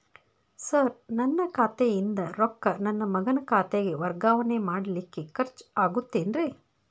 Sir ನನ್ನ ಖಾತೆಯಿಂದ ರೊಕ್ಕ ನನ್ನ ಮಗನ ಖಾತೆಗೆ ವರ್ಗಾವಣೆ ಮಾಡಲಿಕ್ಕೆ ಖರ್ಚ್ ಆಗುತ್ತೇನ್ರಿ?